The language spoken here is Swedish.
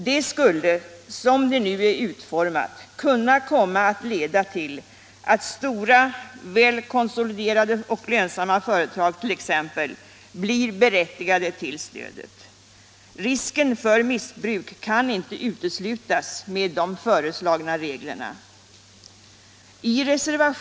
Det skulle som det nu är utformat kunna leda till att t.ex. stora, väl konsoliderade och lönsamma företag blir berättigade till stödet. Risken för missbruk kan med de föreslagna reglerna inte uteslutas.